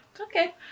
Okay